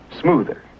smoother